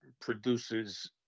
produces